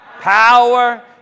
Power